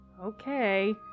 Okay